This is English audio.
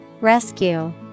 Rescue